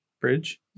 bridge